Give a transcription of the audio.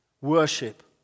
Worship